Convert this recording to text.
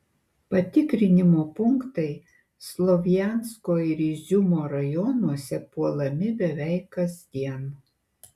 patikrinimo punktai slovjansko ir iziumo rajonuose puolami beveik kasdien